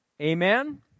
Amen